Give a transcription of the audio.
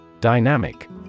Dynamic